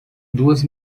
duas